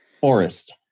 forest